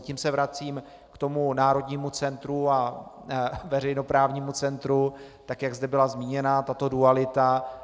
Tím se vracím k tomu národnímu centru a veřejnoprávnímu centru, jak zde byla zmíněna tato dualita.